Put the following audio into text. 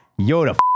Yoda